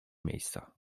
miejsca